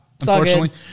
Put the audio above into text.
unfortunately